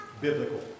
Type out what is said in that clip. biblical